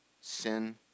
sin